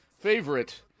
favorite